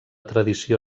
tradició